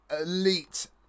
elite